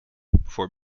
before